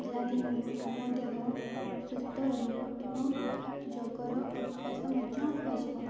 ପିଲାଦିନରୁ ଆମ ଦେହ ସୁସ୍ଥ ରହିବ ଏବଂ ଯୋଗର ଅଭ୍ୟାସ ମଧ୍ୟ ହୋଇଯିବ